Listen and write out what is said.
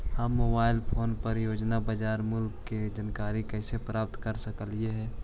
हम mobile phone पर रोजाना बाजार मूल्य के जानकारी कैसे प्राप्त कर सकली हे?